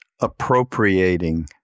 appropriating